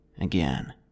again